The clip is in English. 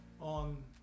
on